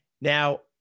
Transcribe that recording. Now